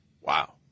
Wow